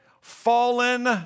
fallen